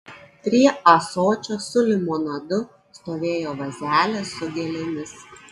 prie ąsočio su limonadu stovėjo vazelė su gėlėmis